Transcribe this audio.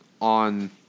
on